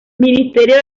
ministerio